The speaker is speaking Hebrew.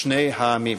שני העמים.